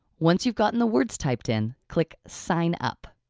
once you've gotten the words typed in click, sign up.